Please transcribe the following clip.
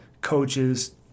coaches